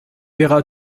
verra